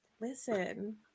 Listen